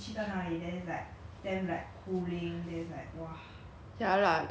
ya lah like I don't think you need to go korea to experience summer cause like